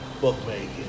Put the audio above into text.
bookmaking